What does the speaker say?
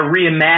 reimagine